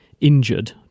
injured